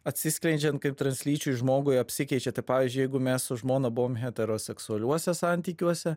atsiskleidžiant kaip translyčiui žmogui apsikeičia pavyzdžiui jeigu mes su žmona buvom heteroseksualiuose santykiuose